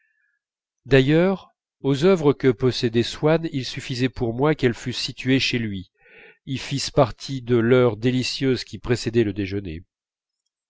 d'ailleurs les œuvres que possédait swann il suffisait pour moi qu'elles fussent situées chez lui y fissent partie de l'heure délicieuse qui précédait le déjeuner